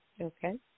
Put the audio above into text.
Okay